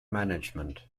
management